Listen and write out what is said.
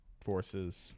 forces